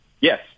Yes